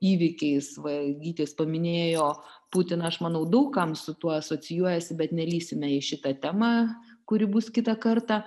įvykiais va gytis paminėjo putiną aš manau daug kam su tuo asocijuojasi bet nelįsime į šitą temą kuri bus kitą kartą